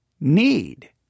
need